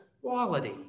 quality